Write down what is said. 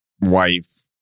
wife